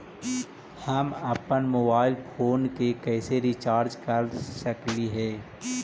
हम अप्पन mobile phone के कैसे रिचार्ज कर सकली हे?